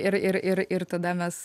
ir ir ir ir tada mes